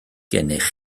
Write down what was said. gennych